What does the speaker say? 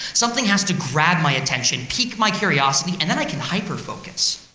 something has to grab my attention, peak my curiosity, and then i can hyperfocus.